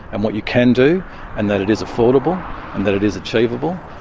and what you can do and that it is affordable and that it is achievable,